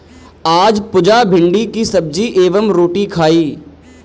आज पुजा भिंडी की सब्जी एवं रोटी खाई